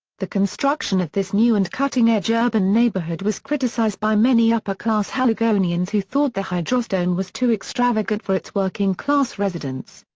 the construction of this new and cutting-edge urban neighbourhood was criticized by many upper-class haligonians who thought the hydrostone was too extravagant for its working-class residents.